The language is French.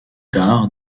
tard